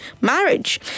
marriage